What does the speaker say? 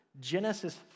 Genesis